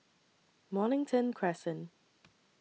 Mornington Crescent